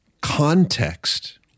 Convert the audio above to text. context